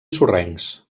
sorrencs